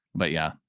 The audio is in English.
but yeah,